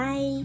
Bye